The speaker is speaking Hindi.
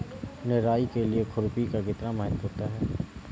निराई के लिए खुरपी का कितना महत्व होता है?